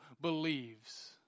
believes